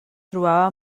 trobava